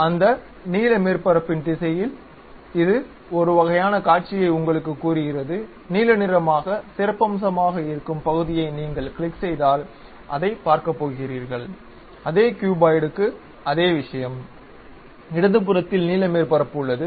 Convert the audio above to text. அந்த நீல மேற்பரப்பின் திசையில் இது ஒரு வகையான காட்சியை உங்களுக்குக் கூறுகிறது நீல நிறமாக சிறப்பம்சமாக இருக்கும் பகுதியை நீங்கள் கிளிக் செய்தால் அதைப் பார்க்கப் போகிறீர்கள் அதே க்யூபாய்டுக்கு அதே விஷயம் இடது புறத்தில் நீல மேற்பரப்பு உள்ளது